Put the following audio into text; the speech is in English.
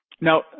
Now